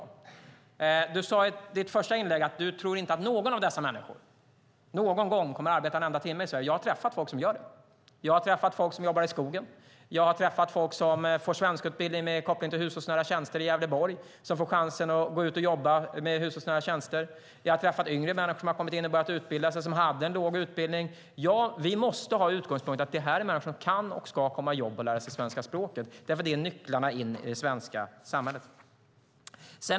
Josef Fransson sade i sitt första inlägg att han inte tror att någon av dessa människor någon gång kommer att arbeta en enda timme. Men jag har träffat folk som gör det. Jag har träffat folk som jobbar i skogen. Jag har träffat folk som får svenskutbildning med koppling till hushållsnära tjänster i Gävleborg och som därmed får chansen att gå ut och jobba. Jag har träffat yngre människor med låg utbildning som kommit in på en utbildning och påbörjat den. Vi måste ha utgångspunkten att det här är människor som kan och ska komma i jobb och lära sig svenska språket. Det är nycklarna in i det svenska samhället.